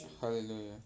hallelujah